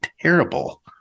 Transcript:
terrible